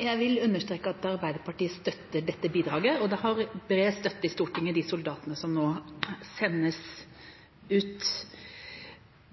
Jeg vil understreke at Arbeiderpartiet støtter dette bidraget. Det har bred støtte i Stortinget at disse soldatene nå sendes ut,